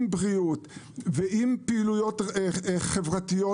עם בריאות ועם פעילויות חברתיות,